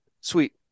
sweet